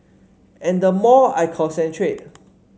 and the more I concentrate